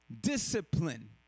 Discipline